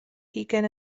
hugain